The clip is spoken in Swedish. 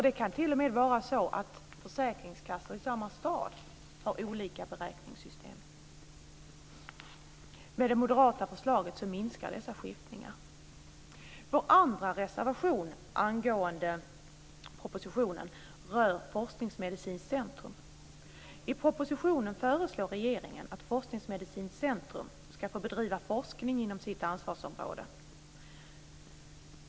Det kan t.o.m. vara så att försäkringskassor i samma stad har olika beräkningssystem. Med det moderata förslaget minskar dessa skiftningar. Försäkringsmedicinska centrum. I propositionen föreslår regeringen att Försäkringsmedicinska centrum ska få bedriva forskning inom sitt ansvarsområde.